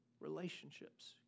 relationships